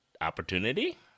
opportunity